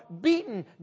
beaten